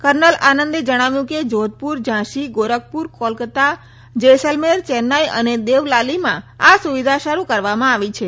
kernel આનંદે જણાવ્યું કે જોધપુર ઝાંસી ગોરખપુર કોલકાતા જૈસલમેર ચેન્નાઈ અને દેવલાલીમાં આ સુવિધા શરૂ કરવામાં આવી છે